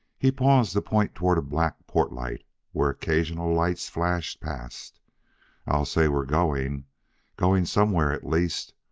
he paused to point toward a black portlight where occasional lights flashed past i'll say we're going going somewhere at least.